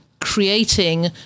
creating